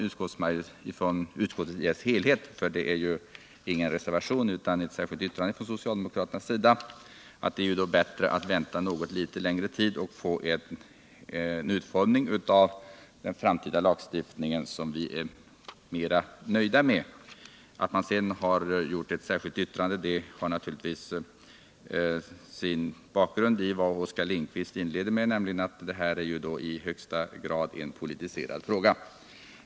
Utskottet i dess helhet - det föreligger ju här ingen reservation, utan endast ett särskilt yttrande från socialdemokraternas sida — anser således att man bör avvakta ytterligare någon tid, så att vi kan få en utformning av den framtida lagstiftningen som vi blir mera nöjda med. Såsom framgick av Oskar Lindkvists inledningsanförande har naturligtvis det förhållandet att man från socialdemokraternas sida avgivit ett särskilt yttrande sin bakgrund i att det här gäller en i högsta grad politiserad fråga.